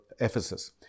Ephesus